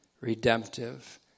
redemptive